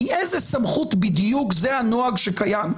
מאיזו סמכות בדיוק זה הנוהג שקיים,